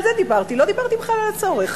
לא דיברתי בכלל על הצורך.